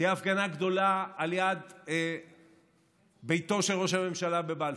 תהיה הפגנה גדולה ליד ביתו של ראש הממשלה בבלפור.